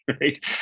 right